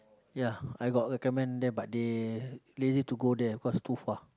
ya I got recommend there but they lazy to go there cause too far